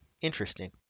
Interesting